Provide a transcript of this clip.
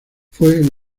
fue